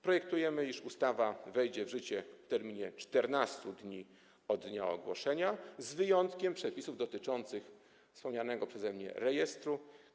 Projektujemy, iż ustawa wejdzie w życie w terminie 14 dni od dnia ogłoszenia, z wyjątkiem przepisów dotyczących wspomnianego przeze mnie rejestru.